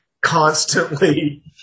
Constantly